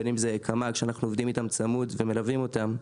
בין אם זה קמ"ג שאנחנו עובדים איתם צמוד ומלווים אותם,